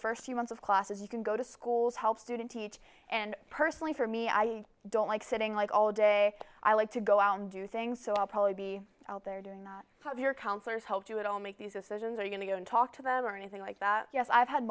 first few months of classes you can go to schools help student teach and personally for me i don't like sitting like all day i like to go out and do things so i'll probably be out there doing not have your counselors help do it all make these decisions are going to go and talk to them or anything like that yes i've had